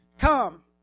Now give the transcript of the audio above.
Come